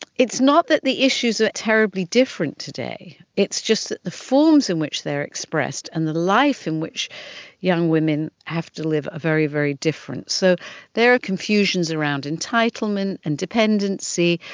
it's not that the issues are terribly different today, it's just that the forms in which they are expressed and the life in which young women have to live are very, very different. so there are confusions around entitlement and dependency.